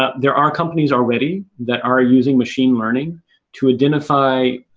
ah there are companies already that are using machine learning to identify